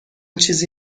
چیزی